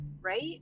right